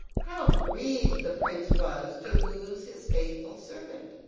how grieved the prince was to lose his faithful servant!